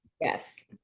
yes